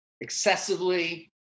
excessively